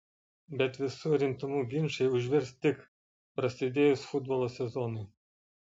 bet visu rimtumu ginčai užvirs tik prasidėjus futbolo sezonui